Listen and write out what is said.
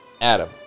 Adam